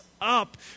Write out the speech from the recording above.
up